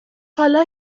حالا